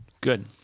Good